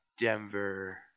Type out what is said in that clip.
Denver